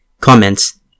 Comments